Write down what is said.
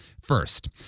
First